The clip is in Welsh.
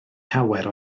llawer